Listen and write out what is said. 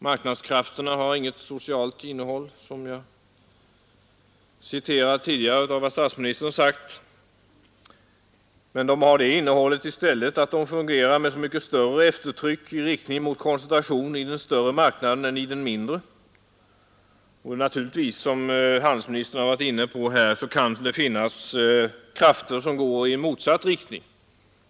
Marknadskrafterna har den egenskapen att de fungerar med så mycket större eftertryck i riktning mot koncentration i den större marknaden än i den mindre. Naturligtvis kan det också, som handelsministern har varit inne på, finnas krafter som verkar i motsatt riktning.